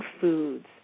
foods